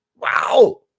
Wow